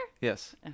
Yes